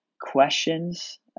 questions